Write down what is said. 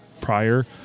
prior